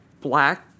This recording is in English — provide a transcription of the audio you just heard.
black